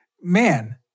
man